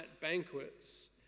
banquets